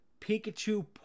Pikachu